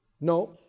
No